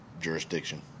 jurisdiction